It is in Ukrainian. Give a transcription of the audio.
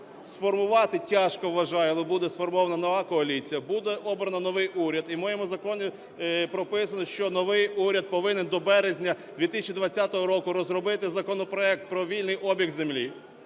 сформувати, тяжко, вважаю, але буде сформована нова коаліція, буде обрано новий уряд, і в моєму законі прописано, що новий уряд повинен до березня 2020 року розробити законопроект про вільний обіг землі.